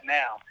now